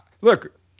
look